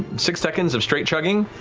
six seconds of straight chugging,